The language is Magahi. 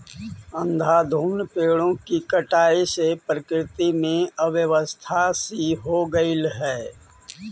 अंधाधुंध पेड़ों की कटाई से प्रकृति में अव्यवस्था सी हो गईल हई